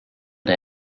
der